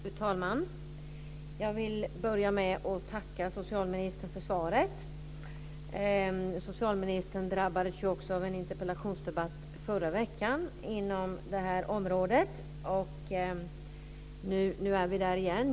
Fru talman! Jag vill börja med att tacka socialministern för svaret. Socialministern drabbades också förra veckan av en interpellationsdebatt inom det här området. Nu är vi där igen.